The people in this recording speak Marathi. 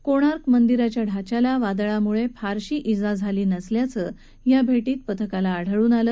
कोणार्क मंदिराच्या ढाच्याला वादळामुळे फारशी जा झाली नसल्याचं या भेटीत पथकाला आढळून आलं